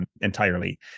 entirely